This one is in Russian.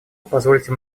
позвольте